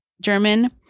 German